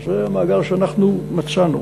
זה המאגר שאנחנו מצאנו,